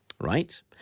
right